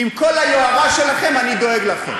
עם כל היוהרה שלכם, אני דואג לכם.